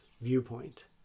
viewpoint